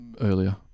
Earlier